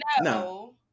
no